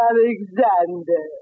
Alexander